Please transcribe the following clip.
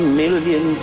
million